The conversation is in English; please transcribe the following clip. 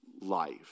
life